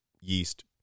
yeast